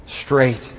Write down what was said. straight